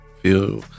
feel